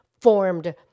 formed